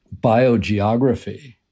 biogeography